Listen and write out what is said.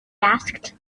asked